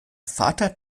vater